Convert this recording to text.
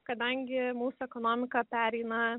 kadangi mūsų ekonomika pereina